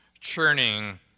churning